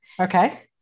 Okay